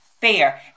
fair